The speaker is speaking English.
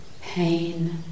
pain